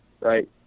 Right